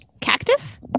Cactus